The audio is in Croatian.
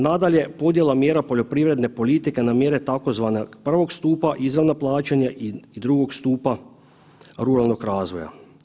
Nadalje, podjela mjera poljoprivredne politike na mjere tzv. Prvog stupa izravna plaćanja i drugog stupa ruralnog razvoja.